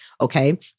okay